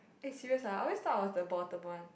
eh serious ah I always thought I was the bottom one